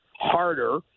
harder